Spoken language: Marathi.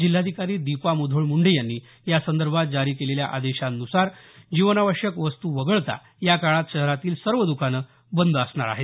जिल्हाधिकारी दिपा मुधोळ मुंढे यांनी यासंदर्भात जारी केलेल्या आदेशांनुसार जीवनावश्यक वस्तू वगळता या काळात शहरातील सर्व द्काने बंद असतील